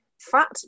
Fat